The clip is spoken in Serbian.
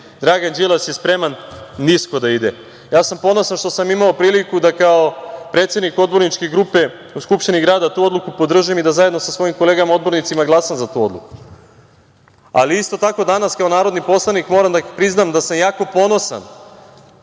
Dragan Đilas je spreman nisko da ide. Ponosan sam što sam imao priliku da kao predsednik odborničke grupe u Skupštini grada tu odluku podržim i da zajedno sa svojim kolegama odbornicima glasam za tu odluku. Isto tako, danas kao narodni poslanik moram da priznam da sam jako ponosan